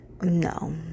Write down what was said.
no